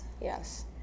yes